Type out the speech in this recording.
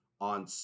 on